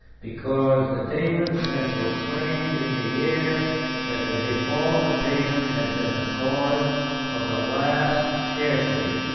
because the daemons had proclaimed in the air that the default of payment had been the cause of the last scarcity.